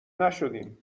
نشدیم